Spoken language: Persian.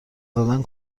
زدن